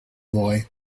boy